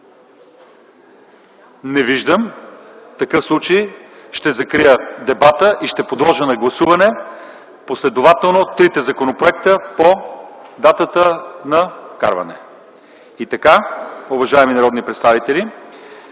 Не виждам. В такъв случай ще закрия дебата и ще подложа на гласуване последователно трите законопроекта по датата на внасяне. Уважаеми народни представители,